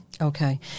Okay